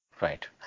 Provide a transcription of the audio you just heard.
Right